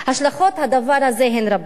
השלכות הדבר הזה הן רבות,